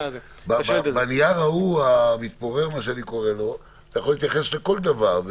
בנייר ההוא, המתפורר, אתה יכול להתייחס לכל דבר.